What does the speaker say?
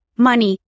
Money